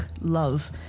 love